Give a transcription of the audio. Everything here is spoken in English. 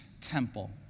temple